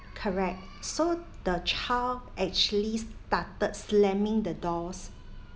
correct so the child actually started slamming the doors